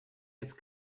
jetzt